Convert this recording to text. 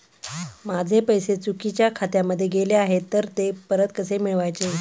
माझे पैसे चुकीच्या खात्यामध्ये गेले आहेत तर ते परत कसे मिळवायचे?